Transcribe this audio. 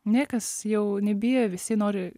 niekas jau nebijo visi nori